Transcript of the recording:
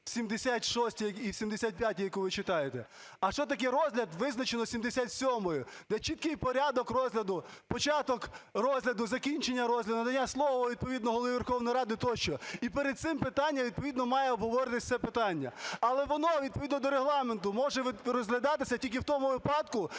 і в 75-й, яку ви читаєте, а що таке розгляд визначено 77-ю, де чіткий порядок розгляду, початок розгляду, закінчення розгляду, надання слово відповідно Головою Верховної Ради тощо, і перед цим питанням відповідно має обговорюватися це питання. Але воно відповідно до Регламенту може розглядатися тільки в тому випадку,